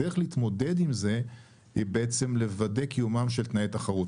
הדרך להתמודד עם זה היא בעצם לוודא קיומם של תנאי תחרות.